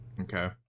Okay